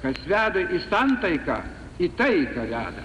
kas veda į santaiką į taiką veda